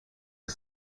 del